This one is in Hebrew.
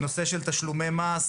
הנושא של תשלומי מס,